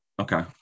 Okay